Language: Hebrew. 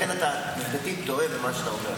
לכן אתה עובדתית טועה במה שאתה אומר.